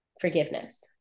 forgiveness